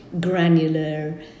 granular